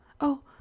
Oh